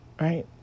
right